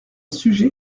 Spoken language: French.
sujet